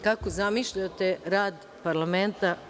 Kako zamišljate rad parlamenta?